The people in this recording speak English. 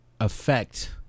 affect